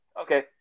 Okay